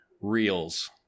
Reels